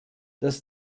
das